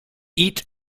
eat